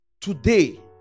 today